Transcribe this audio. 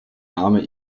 name